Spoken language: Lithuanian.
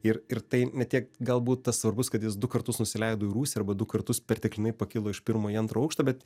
ir tai ne tiek galbūt tas svarbus kad jis du kartus nusileido į rūsį arba du kartus perteklinai pakilo iš pirmo į antrą aukštą bet